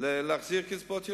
להחזיר את קצבאות הילדים.